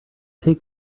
take